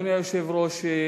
אדוני היושב-ראש,